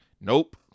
Nope